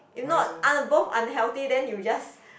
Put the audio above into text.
if not un both unhealthy then you just